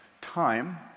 Time